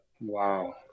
wow